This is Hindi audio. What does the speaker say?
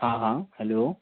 हाँ हाँ हलो